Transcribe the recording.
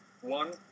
one